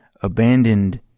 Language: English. abandoned